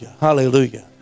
Hallelujah